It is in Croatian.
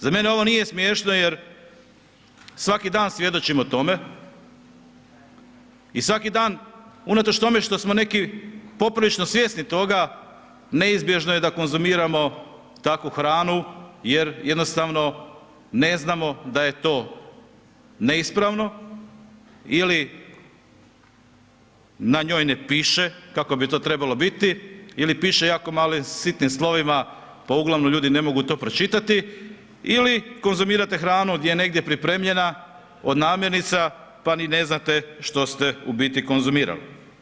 Za mene ovo nije smiješno jer svaki dan svjedočimo tome i svaki dan unatoč tome što smo neki poprilično svjesni toga neizbježno je da konzumiramo takvu hranu jer jednostavno ne znamo da je to neispravno ili na njoj ne piše kao bi to trebalo biti ili piše jako malim sitnim slovima, pa uglavnom ljudi ne mogu to pročitati ili konzumirate hranu gdje je negdje pripremljena od namirnica pa ni ne znate što ste u biti konzumirali.